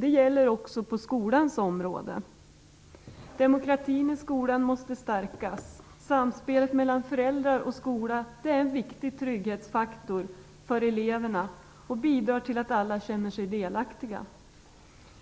Det gäller också på skolans område. Demokratin i skolan måste stärkas. Samspelet mellan föräldrar och skola är en viktig trygghetsfaktor för eleverna och bidrar till att alla känner sig delaktiga.